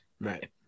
Right